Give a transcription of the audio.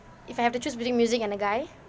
if I have to choose between music and a guy